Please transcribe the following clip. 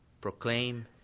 Proclaim